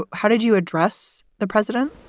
ah how did you address the president?